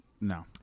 No